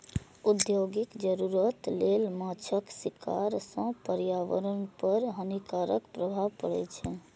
औद्योगिक जरूरत लेल माछक शिकार सं पर्यावरण पर हानिकारक प्रभाव पड़ै छै